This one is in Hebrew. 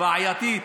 בעייתית